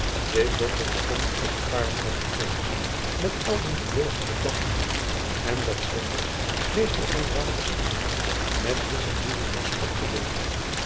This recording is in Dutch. dit boschje bestond uit een paar morgen gronds met elzen en wilgen beplant en dat s winters meestal onder water staande met lisch en biezen was opgevuld